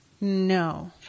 No